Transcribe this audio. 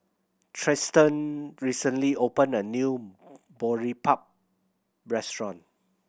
Tristan recently opened a new Boribap restaurant